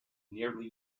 nearly